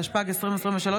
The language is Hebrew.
התשפ"ג 2023,